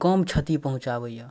कम क्षति पहुँचाबैए